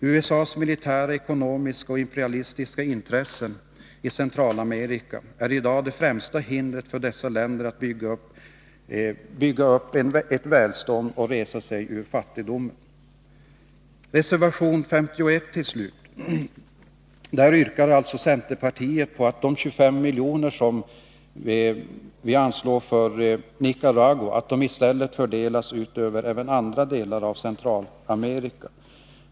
USA:s militära, ekonomiska och imperialistiska intressen i Centralamerika är i dag det främsta hindret för dessa länder att bygga upp välstånd och resa sig ur fattigdomen. I reservation 51 yrkar centerpartiet att de 25 miljoner som vi vill anslå till Nicaragua fördelas även till andra länder i Centralamerika.